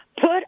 put